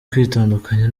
kwitandukanya